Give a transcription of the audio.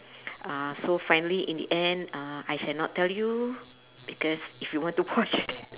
uh so finally in the end uh I shall not tell you because if you want to watch th~